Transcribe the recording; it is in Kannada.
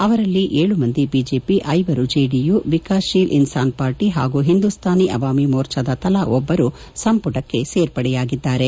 ಅದರಲ್ಲಿ ಏಳು ಮಂದಿ ಬಿಜೆಪಿ ಐವರು ಜೆಡಿಯು ವಿಕಾಸ್ಶೀಲ್ ಇನಾನ್ ಪಾರ್ಟಿ ಹಾಗೂ ಹಿಂದುಸ್ನಾನಿ ಅವಾಮಿ ಮೋರ್ಚದ ತಲಾ ಒಬ್ಬರು ಸಂಪುಟಕೆ ಸೇರ್ಪಡೆಯಾಗಿದ್ದಾರೆ